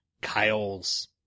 Kyle's